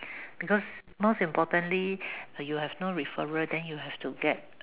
because most importantly you have no referral then you have to get